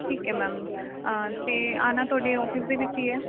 ਠੀਕ ਹੈ ਮੈਮ ਅਤੇ ਆਉਣਾ ਤੁਹਾਡੇ ਆੱਫਿਸ ਦੇ ਵਿੱਚ ਹੀ ਹੈ